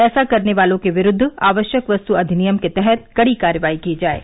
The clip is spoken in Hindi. ऐसा करने वालों के विरूद्व आवश्यक वस्तु अधिनियम के तहत कड़ी कार्रवाई की जाये